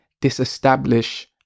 disestablish